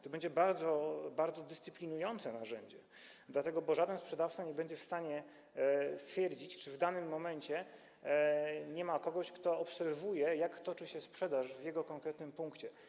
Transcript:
To będzie bardzo dyscyplinujące narzędzie, dlatego że żaden sprzedawca nie będzie w stanie stwierdzić, czy w danym momencie nie ma kogoś, kto obserwuje, jak toczy się sprzedaż w jego konkretnym punkcie.